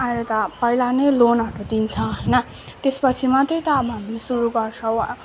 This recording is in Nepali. अहिले त पहिला नै लोनहरू दिन्छ होइन त्यसपछि मात्रै त अब हामीले सुरु गर्छौँ